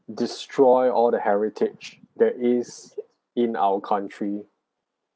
destroy all the heritage that is in our country